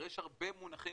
הרי יש הרבה מונחים,